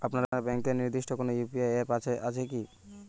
আপনার ব্যাংকের নির্দিষ্ট কোনো ইউ.পি.আই অ্যাপ আছে আছে কি?